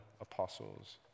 apostles